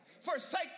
forsake